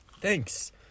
thanks